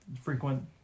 frequent